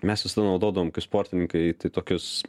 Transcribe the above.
mes visada naudodavom kaip sportininkai tai tokius